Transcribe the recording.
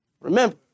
Remember